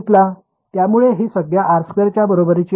त्यामुळे ही संज्ञा R2 च्या बरोबरीची आहे